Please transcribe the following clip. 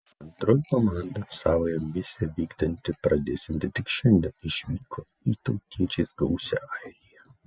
antroji komanda savąją misiją vykdyti pradėsianti tik šiandien išvyko į tautiečiais gausią airiją